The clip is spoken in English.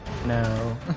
No